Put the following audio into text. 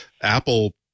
Apple